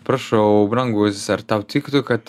prašau brangusis ar tau tiktų kad